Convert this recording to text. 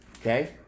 Okay